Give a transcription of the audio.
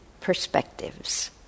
perspectives